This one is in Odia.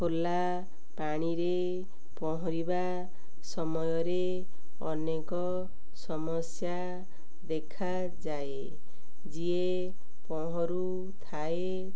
ଖୋଲା ପାଣିରେ ପହଁରିବା ସମୟରେ ଅନେକ ସମସ୍ୟା ଦେଖାଯାଏ ଯିଏ ପହଁରୁ ଥାଏ